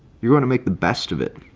you want to make the best of it.